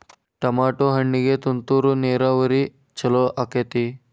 Tomato ಹಣ್ಣಿಗೆ ತುಂತುರು ನೇರಾವರಿ ಛಲೋ ಆಕ್ಕೆತಿ?